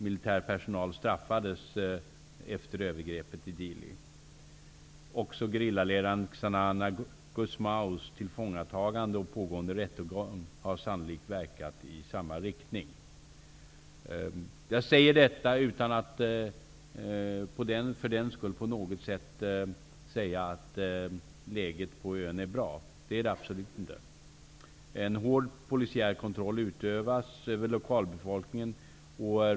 Militär personal straffades efter övergreppet i Dili. Även gerillaledaren Xanana Gusmaos tillfångatagande och pågående rättegång har sannolikt verkat i samma riktning. Jag säger detta utan att för den skull på något sätt mena att läget på ön är bra. Det är det absolut inte. En hård polisiär kontroll utövas över lokalbefolkningen.